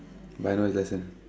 but I know his lesson